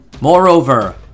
Moreover